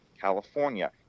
California